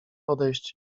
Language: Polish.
odejść